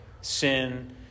sin